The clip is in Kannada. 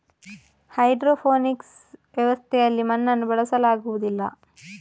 ಹೈಡ್ರೋಫೋನಿಕ್ಸ್ ವ್ಯವಸ್ಥೆಯಲ್ಲಿ ಮಣ್ಣನ್ನು ಬಳಸಲಾಗುವುದಿಲ್ಲ